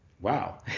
wow